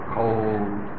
cold